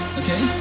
okay